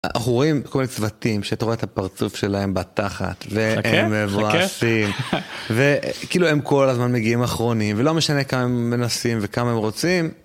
אנחנו רואים כל מיני צוותים שאתה רואה את הפרצוף שלהם בתחת והם מבואסים וכאילו הם כל הזמן מגיעים אחרונים ולא משנה כמה הם מנסים וכמה הם רוצים